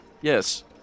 Yes